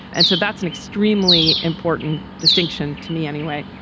and so that's an extremely important distinction to me anyway